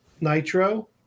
Nitro